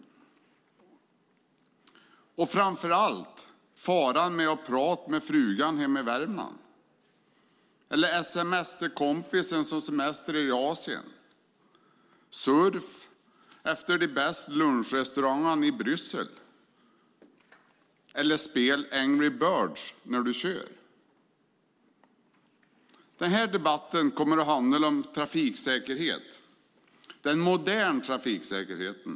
Det gäller framför allt faran med att prata med frugan hemma i Värmland, att sms:a till kompisen som semestrar i Asien, surfa efter de bästa lunchrestaurangerna i Bryssel eller spela Angry Birds när du kör. Den här debatten kommer att handla om trafiksäkerhet. Det gäller den moderna trafiksäkerheten.